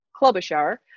Klobuchar